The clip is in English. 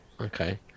Okay